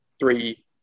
three